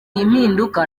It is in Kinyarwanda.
impinduka